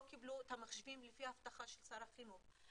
קבלו אל המחשבים לפי הבטחה של שר החינוך.